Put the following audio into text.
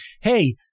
hey